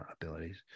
abilities